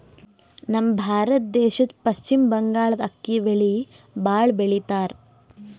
ನಮ್ ಭಾರತ ದೇಶದ್ದ್ ಪಶ್ಚಿಮ್ ಬಂಗಾಳ್ದಾಗ್ ಅಕ್ಕಿ ಬೆಳಿ ಭಾಳ್ ಬೆಳಿತಾರ್